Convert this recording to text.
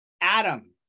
adam